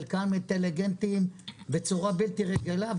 חלקם אינטליגנטים בצורה בלתי רגילה.